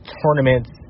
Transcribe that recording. tournaments